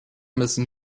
müssen